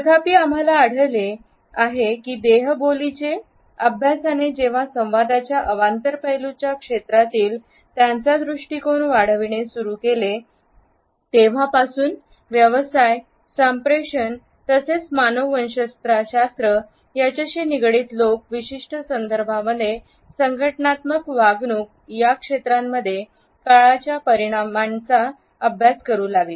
तथापि आम्हाला आढळले आहे की देहबोलीचे अभ्यासाने जेव्हा संवादाच्या अवांतर पैलूंच्या क्षेत्रातील त्यांचा दृष्टीकोन वाढविणे सुरू केले तेव्हापासून व्यवसायसंप्रेषण तसेच मानववंशशास्त्र याच्याशी निगडित लोक विशिष्ट संदर्भांमध्ये संघटनात्मक वागणूक या क्षेत्रांमध्ये काळाच्या परिमाणांचा अभ्यास करू लागले